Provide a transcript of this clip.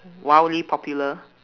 wildly popular